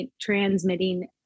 transmitting